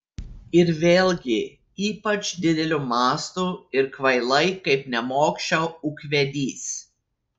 ir vėlgi ypač dideliu mastu ir kvailai kaip nemokša ūkvedys